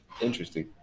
Interesting